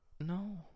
No